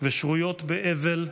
ושרויות באבל קשה,